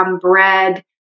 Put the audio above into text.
bread